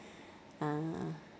ah